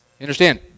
understand